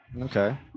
Okay